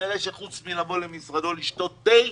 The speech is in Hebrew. כנראה שחוץ מלבוא למשרדו לשתות תה,